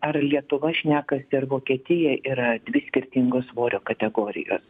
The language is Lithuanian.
ar lietuva šnekasi ar vokietija yra dvi skirtingos svorio kategorijos